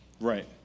right